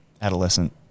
adolescent